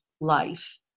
life